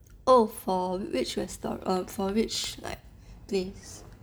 oh for which will restau~ err for which place